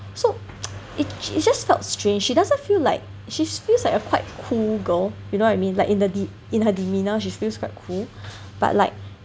so it it just felt strange she doesn't feel like she feels like a quite cool girl you know what I mean like in her de~ in her demeanour she feels quite cool but like